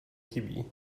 chybí